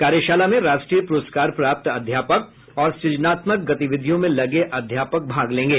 कार्यशाला में राष्ट्रीय प्रस्कार प्राप्त अध्यापक और सृजनात्मक गतिविधियों में लगे अध्यापक भाग लेंगे